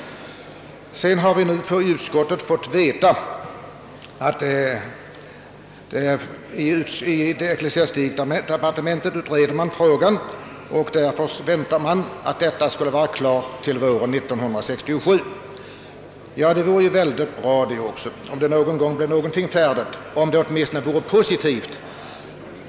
Jag har av utskottet fått veta att denna fråga utredes i departementet och att utredningen beräknas bli färdig under våren 1967. Det vore ju väldigt bra om det någon gång blev någonting färdigt och om resultatet vore positivt.